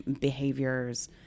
behaviors